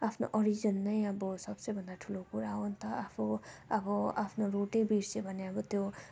आफ्नो ओरिजिन नै अब सब से भन्दा ठुलो कुरा हो नि त आफू अब आफ्नो रुट बिर्स्यो भने त्यो